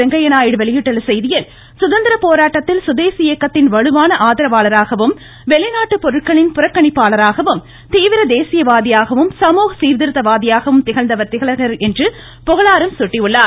வெங்கய்ய நாயுடு வெளியிட்டுள்ள செய்தியில் சுதந்திர போராட்டத்தில் சுதேசி இயக்கத்தின் வலுவான ஆதரவாளராகவும் வெளிநாட்டு பொருட்களின் புறக்கணிப்பாளராகவும் தீவிர தேசியவாதியாகவும் சமூக சீர்திருத்த வாதியாகவும் திகழ்ந்தவர் திலகர் என்று புகழாரம் சூட்டியுள்ளார்